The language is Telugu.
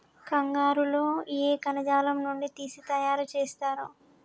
కంగారు లో ఏ కణజాలం నుండి తీసి తయారు చేస్తారు?